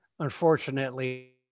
Unfortunately